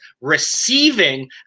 receiving